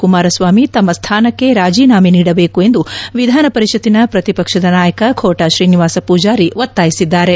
ಕುಮಾರಸ್ವಾಮಿ ತಮ್ಮ ಸ್ದಾನಕ್ಕೆ ರಾಜಿನಾಮೆ ನೀಡಬೇಕು ಎಂದು ವಿಧಾನ ಪರಿಷತ್ತಿನ ಪ್ರತಿ ಪಕ್ಷದನಾಯಕ ಖೋಟಾ ಶ್ರೀನಿವಾಸ ಪೂಜಾರಿ ಒತ್ತಾಯಿಸಿದ್ದಾರೆ